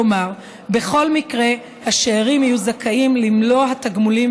כלומר בכל מקרה השאירים יהיו זכאים למלוא התגמולים